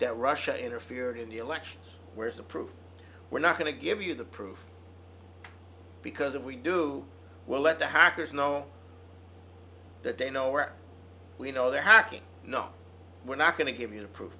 that russia interfered in the elections where's the proof we're not going to give you the proof because if we do we'll let the hackers know that they know where we know they're hacking no we're not going to give you the proof